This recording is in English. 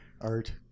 Art